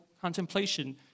contemplation